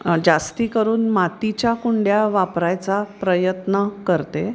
जास्ती करून मातीच्या कुंड्या वापरायचा प्रयत्न करते